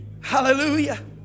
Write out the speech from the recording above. Hallelujah